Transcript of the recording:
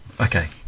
Okay